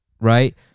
right